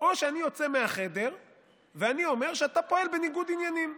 או שאני יוצא מהחדר ואני אומר שאתה פועל בניגוד עניינים.